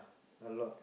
a lot